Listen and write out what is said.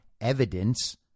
evidence